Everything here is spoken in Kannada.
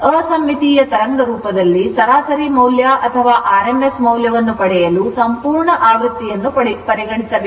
ಅಸಮ್ಮಿತೀಯ ತರಂಗ ರೂಪದಲ್ಲಿ ಸರಾಸರಿ ಮೌಲ್ಯ ಅಥವಾ rms ಮೌಲ್ಯವನ್ನು ಪಡೆಯಲು ಸಂಪೂರ್ಣ ಆವೃತ್ತಿಯನ್ನು ಪರಿಗಣಿಸಬೇಕು